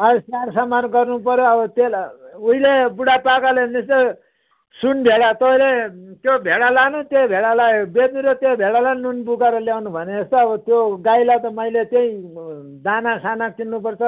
अँ स्याहार समार गर्नु पऱ्यो हो अब त्यसलाई उहिले बुढा पाकाले भने जस्तो सुन भेडा तैँले त्यो भेडा लानु त्यही भेडालाई बेच्नु र त्यही भेडालाई नुन बोकाएर ल्याउनु भने जस्तो अब त्यो गाईलाई त मैले त्यही दाना साना किन्नुपर्छ